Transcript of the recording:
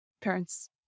parents